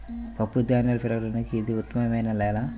పప్పుధాన్యాలు పెరగడానికి ఇది ఉత్తమమైన నేల